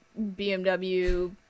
BMW